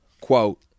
quote